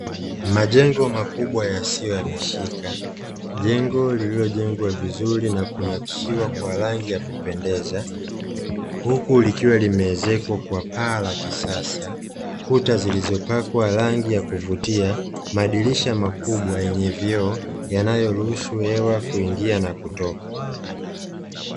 Majengo makubwa yasiyohamishika, jengo lililojengwa vizuri na kunakishiwa kwa rangi ya kupendeza, huku likiwa limeezekwa kwa paa la kisasa, kuta zilizopakwa rangi ya kuvutia, madirisha makubwa yenye vioo, yanayoruhusu hewa kuingia na kutoka.